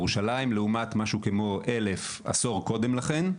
לעומת משהו כמו 1000 עשור קודם לכן,